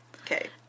Okay